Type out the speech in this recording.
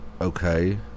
okay